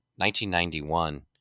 1991